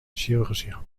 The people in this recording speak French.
chirurgien